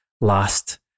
last